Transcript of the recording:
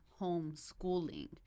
homeschooling